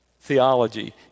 theology